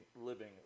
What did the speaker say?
living